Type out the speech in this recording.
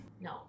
No